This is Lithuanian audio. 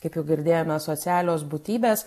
kaip jau girdėjome socialios būtybės